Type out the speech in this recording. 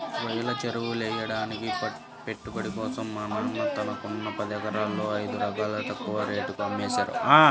రొయ్యల చెరువులెయ్యడానికి పెట్టుబడి కోసం మా నాన్న తనకున్న పదెకరాల్లో ఐదెకరాలు తక్కువ రేటుకే అమ్మేశారు